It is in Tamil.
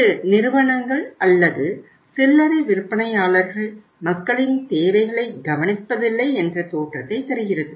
இது நிறுவனங்கள் அல்லது சில்லறை விற்பனையாளர்கள் மக்களின் தேவைகளை கவனிப்பதில்லை என்ற தோற்றத்தை தருகிறது